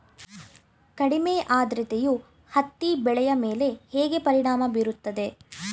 ಕಡಿಮೆ ಆದ್ರತೆಯು ಹತ್ತಿ ಬೆಳೆಯ ಮೇಲೆ ಹೇಗೆ ಪರಿಣಾಮ ಬೀರುತ್ತದೆ?